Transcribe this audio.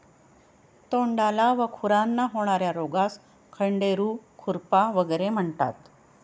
तोंडाला व खुरांना होणार्या रोगास खंडेरू, खुरपा वगैरे म्हणतात